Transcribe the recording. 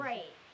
Right